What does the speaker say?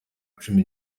cumi